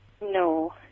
No